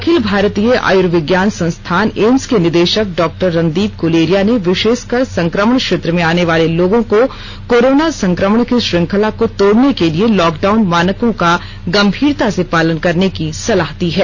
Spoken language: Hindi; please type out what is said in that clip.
अखिल भारतीय आयुर्विज्ञान संस्थान एम्स के निदेशक डॉ रणदीप गुलेरिया ने विशेषकर संक्रमण क्षेत्र में आने वाले लोगों को कोरोना संक्रमण की श्रृंखला को तोड़ने के लिए लॉकडाउन मानकों का गंभीरता से पालन करने की सलाह दी है